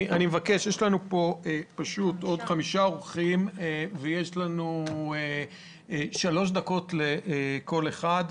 יש לנו עוד חמישה אורחים, שלוש דקות לכל אחד.